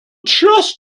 chess